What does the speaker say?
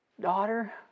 daughter